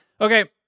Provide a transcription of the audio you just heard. okay